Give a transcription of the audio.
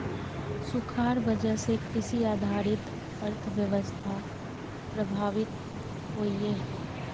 सुखार वजह से कृषि आधारित अर्थ्वैवास्था प्रभावित होइयेह